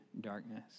darkness